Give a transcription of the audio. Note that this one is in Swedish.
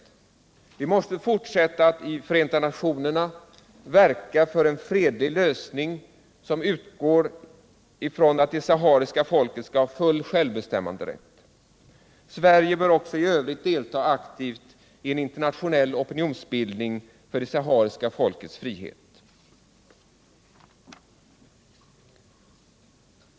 Sverige måste fortsätta att i Förenta nationerna verka för en fredlig lösning, som utgår ifrån att det sahariska folket skall ha full självbestämmanderätt. Sverige bör också i övrigt delta aktivt i en internationell opinionsbildning för det sahariska folkets frihet.